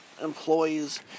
employees